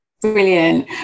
Brilliant